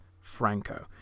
Franco